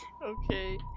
Okay